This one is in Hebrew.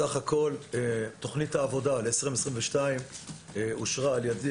סך הכול תכנית העבודה ל-2022 אושרה על-ידי